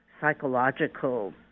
psychological